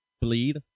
bleed